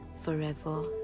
forever